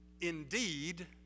indeed